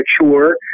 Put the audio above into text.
mature